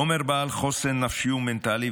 עומר בעל חוסן נפשי ומנטלי,